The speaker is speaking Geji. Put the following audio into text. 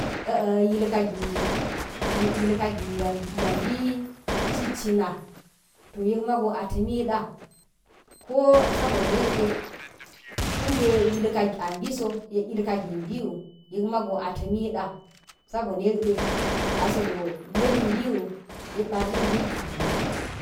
yilkagi, yilkagi yam bi cit cina to yek mago a tami da, ko sobo na̱ yekde kumde a mbi wu yek ma go a tamida so na̱ yek da sego mali mbiu yek ba l de mbiti gini